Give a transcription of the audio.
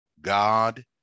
God